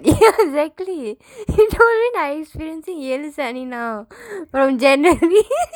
ya exactly he told me like he's experiencing ஏழு சனி:eezhu sani now from january